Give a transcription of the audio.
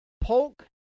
Polk